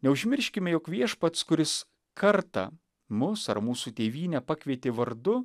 neužmirškime jog viešpats kuris kartą mus ar mūsų tėvynę pakvietė vardu